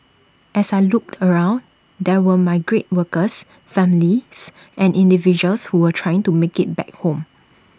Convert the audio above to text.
as I looked around there were migrant workers families and individuals who were trying to make IT back home